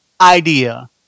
idea